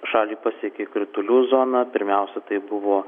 šalį pasiekė kritulių zona pirmiausia tai buvo